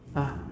ah